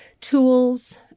tools